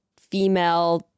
female